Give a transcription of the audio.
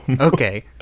Okay